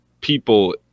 people